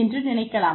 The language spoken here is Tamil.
என்று நினைக்கலாம்